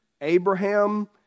Abraham